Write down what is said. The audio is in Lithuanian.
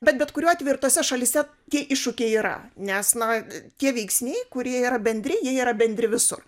bet bet kuriuo atveju ir tose šalyse tie iššūkiai yra nes na tie veiksniai kurie yra bendri jie yra bendri visur